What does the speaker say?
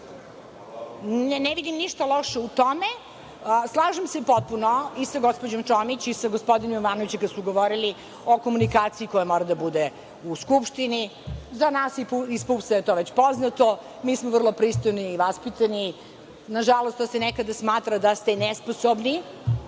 ne vidim ništa loše u tome. Slažem se potpuno i sa gospođom Čomić i sa gospodinom Jovanovićem kada su govorili o komunikaciji koja mora da bude u Skupštini. Za nas iz PUPS-a je to već poznato. Mi smo vrlo pristojni i vaspitani, nažalost, nekada se smatra da je to